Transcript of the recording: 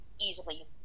easily